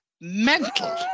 mental